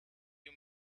you